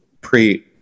pre